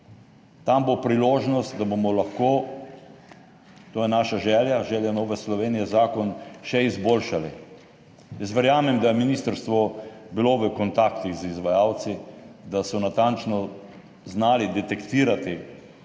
Tam bo priložnost, da bomo lahko – to je naša želja, želja Nove Slovenije – zakon še izboljšali. Jaz verjamem, da je ministrstvo bilo v kontaktih z izvajalci, da so znali natančno detektirati,